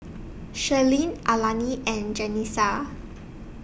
Cherilyn Alani and Janessa